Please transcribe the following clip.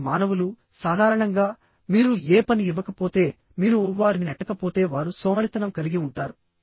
అంటే మానవులు సాధారణంగా మీరు ఏ పని ఇవ్వకపోతే మీరు వారిని నెట్టకపోతే వారు సోమరితనం కలిగి ఉంటారు